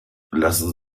lassen